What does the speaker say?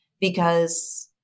because-